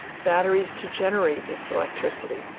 batteries to generate its electricity,